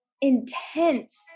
intense